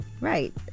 Right